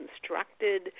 constructed